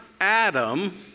Adam